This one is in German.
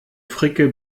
fricke